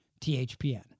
THPN